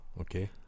Okay